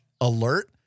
alert